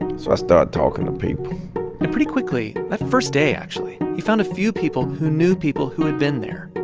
and so i started talking to people and pretty quickly, that first day, actually, he found a few people who knew people who had been there.